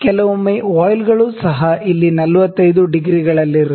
ಕೆಲವೊಮ್ಮೆ ವಾಯ್ಲ್ಗಳು ಸಹ ಇಲ್ಲಿ 45 ಡಿಗ್ರಿಗಳಲ್ಲಿರುತ್ತವೆ